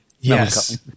yes